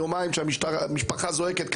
יומיים שהמשפחה זועקת,